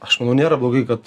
aš manau nėra blogai kad